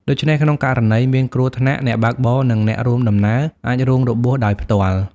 ដូច្នេះក្នុងករណីមានគ្រោះថ្នាក់ អ្នកបើកបរ និងអ្នករួមដំណើរអាចរងរបួសដោយផ្ទាល់។